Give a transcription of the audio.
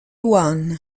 one